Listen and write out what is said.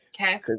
Okay